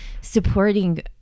supporting